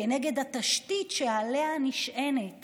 כנגד התשתית שעליה נשענת